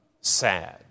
sad